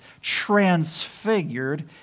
transfigured